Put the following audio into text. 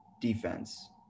defense